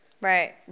right